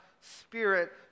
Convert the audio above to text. spirit